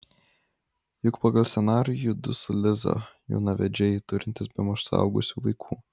juk pagal scenarijų judu su liza jaunavedžiai turintys bemaž suaugusių vaikų